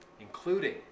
including